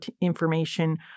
information